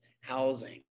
housing